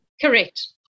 correct